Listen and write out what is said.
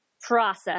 process